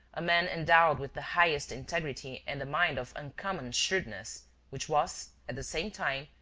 a man endowed with the highest integrity and a mind of uncommon shrewdness, which was, at the same time,